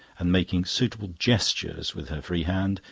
and making suitable gestures with her free hand,